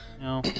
No